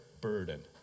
burden